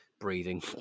breathing